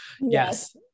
Yes